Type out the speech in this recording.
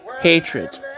hatred